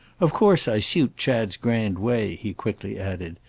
of course i suit chad's grand way, he quickly added.